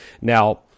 Now